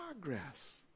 progress